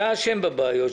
אתה אשם בבעיות.